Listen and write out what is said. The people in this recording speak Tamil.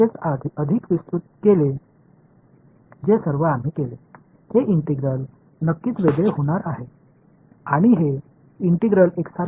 இந்த ஒருங்கிணைப்பு நிச்சயமாக வேறுபட்டதாக இருக்கப் போகிறதுஉள்ளே இருக்கும் செயல்பாடு ஒரே மாதிரி இருந்தாலும் இந்த ஒருங்கிணைப்பு மற்றும் இந்த ஒருங்கிணைப்பு ஒரே மாதிரியாக இருக்கப் போவதில்லை